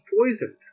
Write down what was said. poisoned